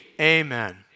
Amen